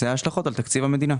זה ההשלכות על תקציב המדינה.